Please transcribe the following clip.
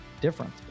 difference